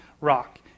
rock